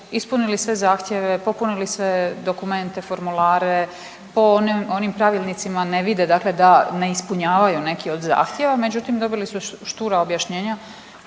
ispunili sve zahtjeve, popunili sve dokumente, formulare po onim pravilnicima ne vide dakle da ne ispunjavaju neki od zahtjeva. Međutim dobili su štura objašnjenja